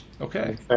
Okay